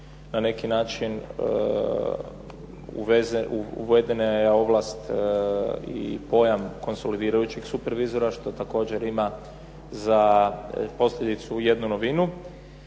na neki način uvedene, uvedena je ovlast i pojam konsolidirajućih supervizora, što također ima za posljedicu jednu novinu.